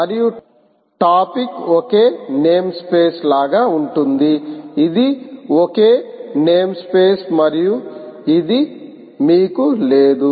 మరియు టాపిక్ ఒకే నేమ్స్పేస్ లాగా ఉంటుంది ఇది ఒకే నేమ్స్పేస్ మరియు ఇది మీకు లేదు